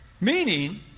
Meaning